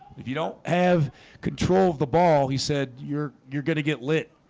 if you don't have control of the ball, he said you're you're gonna get lit